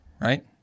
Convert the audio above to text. right